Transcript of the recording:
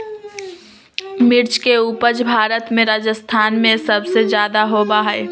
मिर्च के उपज भारत में राजस्थान में सबसे ज्यादा होबा हई